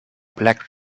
black